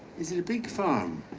is it a big farm?